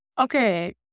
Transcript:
okay